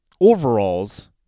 overalls